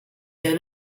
are